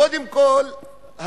קודם כול,